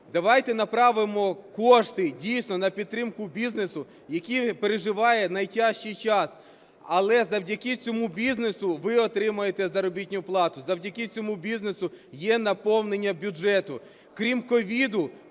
Давайте направимо кошти дійсно на підтримку бізнесу, який переживає найтяжчий час. Але завдяки цьому бізнесу ви отримуєте заробітну плату. Завдяки цьому бізнесу є наповнення бюджету. Крім СOVID,